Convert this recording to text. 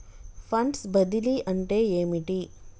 Funds బదిలీ అంటే ఏమిటి?